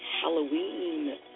Halloween